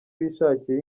bishakiye